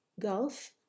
Gulf